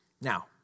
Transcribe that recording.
Now